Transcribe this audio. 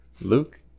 Luke